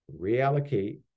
reallocate